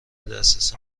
دسترس